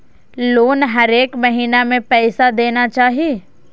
Loan हरेक महीना में पैसा देना चाहि?